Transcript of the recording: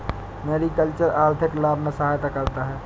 mariculture आर्थिक लाभ में सहायता करता है